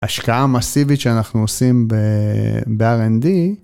השקעה המסיבית שאנחנו עושים ב-R&D.